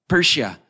Persia